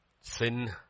sin